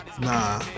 Nah